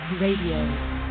radio